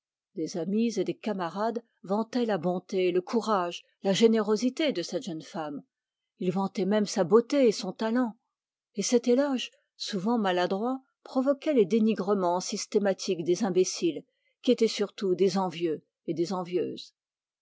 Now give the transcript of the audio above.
des amis et des camarades vantaient la bonté le courage la générosité de cette jeune femme ils vantaient même sa beauté et son talent et cet éloge souvent maladroit provoquait des dénigrements systématiques des envieux et des envieuses